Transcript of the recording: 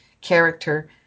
character